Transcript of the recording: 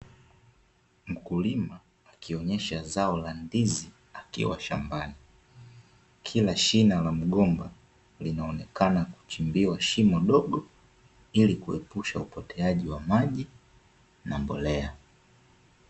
Mkulima akionyesha zao la ndizi akiwa shambani, kila shina la mgomba linaonekana kuchimbiwa shimo dogo ili kuepusha upoteaji wa maji na mbolea .